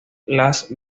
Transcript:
las